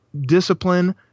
discipline